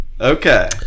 Okay